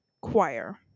choir